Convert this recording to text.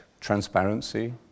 transparency